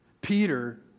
Peter